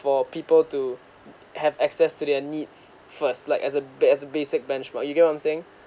for people to have access to their needs first like as a bit as basic benchmark you get what I'm saying